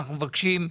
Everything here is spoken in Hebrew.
אנחנו מבקשים,